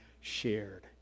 shared